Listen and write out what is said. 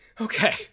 Okay